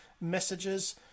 messages